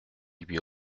lui